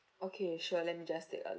okay sure let me just take a